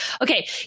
okay